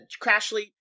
crashly